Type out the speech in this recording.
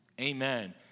Amen